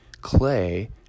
Clay